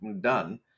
done